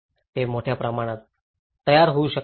ते मोठ्या प्रमाणात तयार होऊ शकतात